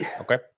Okay